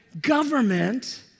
government